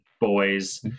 boys